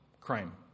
crime